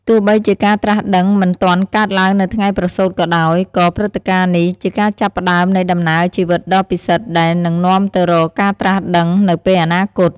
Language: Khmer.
ទោះបីជាការត្រាស់ដឹងមិនទាន់កើតឡើងនៅថ្ងៃប្រសូតក៏ដោយ ក៏ព្រឹត្តិការណ៍នេះជាការចាប់ផ្ដើមនៃដំណើរជីវិតដ៏ពិសិដ្ឋដែលនឹងនាំទៅរកការត្រាស់ដឹងនៅពេលអនាគត។